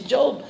Job